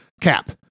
cap